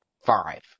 five